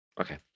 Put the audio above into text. Okay